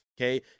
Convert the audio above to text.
okay